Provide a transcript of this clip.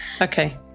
okay